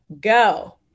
go